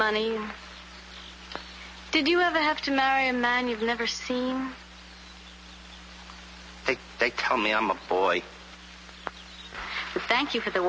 money did you ever have to marry a man you've never seen think they tell me i'm a boy thank you for the